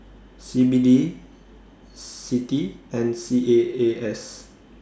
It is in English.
C B D CITI and C A A S